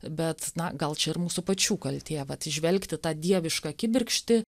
bet na gal čia ir mūsų pačių kaltė vat įžvelgti tą dievišką kibirkštį